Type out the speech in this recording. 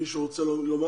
מישהו רוצה לומר